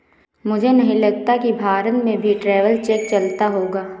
मुझे नहीं लगता कि भारत में भी ट्रैवलर्स चेक चलता होगा